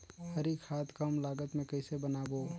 हरी खाद कम लागत मे कइसे बनाबो?